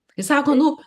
kai sako nu